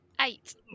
eight